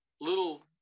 little